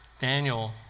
Daniel